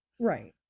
right